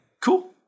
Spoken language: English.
cool